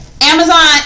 Amazon